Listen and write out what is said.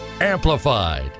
Amplified